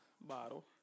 bottle